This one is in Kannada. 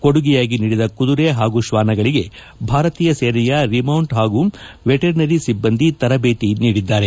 ಕೊಡುಗೆಯಾಗಿ ನೀಡಿದ ಕುದುರೆ ಹಾಗೂ ಶ್ವಾನಗಳಿಗೆ ಭಾರತೀಯ ಸೇನೆಯ ರಿಮೌಂಚ್ ಹಾಗೂ ವೆಟರಿನರಿ ಸಿಬ್ಬಂದಿ ತರಬೇತಿ ನೀಡಿದ್ದಾರೆ